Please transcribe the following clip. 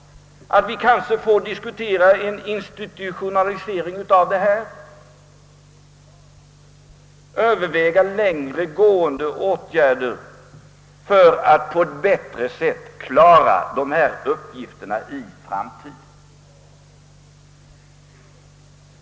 Vi kanske måste överväga annan teknik liksom längre gående åtgärder för att på ett bättre sätt lösa dessa uppgifter i framtiden.